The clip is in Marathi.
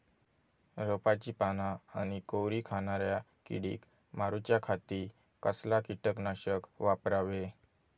रोपाची पाना आनी कोवरी खाणाऱ्या किडीक मारूच्या खाती कसला किटकनाशक वापरावे?